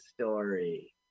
story